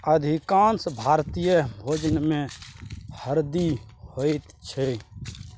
अधिकांश भारतीय भोजनमे हरदि होइत छै